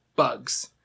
bugs